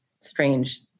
strange